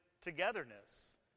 togetherness